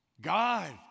God